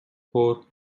four